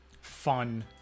fun